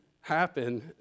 happen